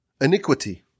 iniquity